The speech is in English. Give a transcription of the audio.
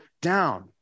down